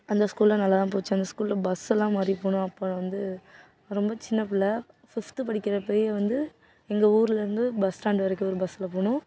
அந்த ஸ்கூலில் நல்லாதான் போச்சு அந்த ஸ்கூலில் பஸ்ஸெல்லாம் மாறி போகணும் அப்புறம் வந்து ரொம்ப சின்ன பிள்ள ஃபிஃப்த்து படிக்கிறப்ப வந்து எங்கள் ஊர்லேருந்து பஸ் ஸ்டாண்டு வரைக்கும் ஒரு பஸ்ஸில் போகணும்